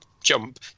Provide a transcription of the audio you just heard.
jump